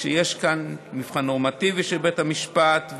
כשיש כאן מבחן נורמטיבי של בית המשפט,